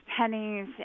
pennies